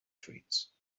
treats